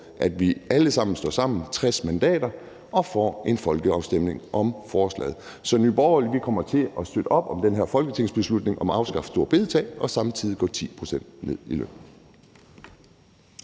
at vi alle sammen står sammen – 60 mandater – og får en folkeafstemning om forslaget. Så Nye Borgerlige kommer til at støtte op om det her beslutningsforslag om at afskaffe store bededag og samtidig gå 10 pct. ned i løn.